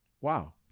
wow